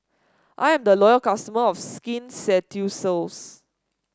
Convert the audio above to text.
I am a loyal customer of Skin Ceuticals